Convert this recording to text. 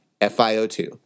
FiO2